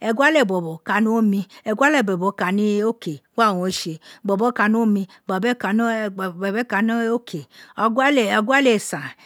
eguale bobo ne omi eguale kan oke were o tse lobo tami omi, bobo ta ni oki eguale eguale ee san